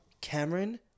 Cameron